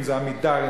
אם "עמידר",